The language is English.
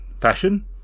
fashion